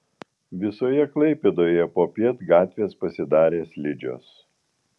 visoje klaipėdoje popiet gatvės pasidarė slidžios